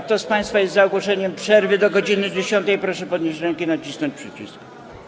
Kto z państwa jest za ogłoszeniem przerwy do godz. 10, proszę podnieść rękę i nacisnąć przycisk.